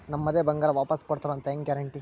ನಮ್ಮದೇ ಬಂಗಾರ ವಾಪಸ್ ಕೊಡ್ತಾರಂತ ಹೆಂಗ್ ಗ್ಯಾರಂಟಿ?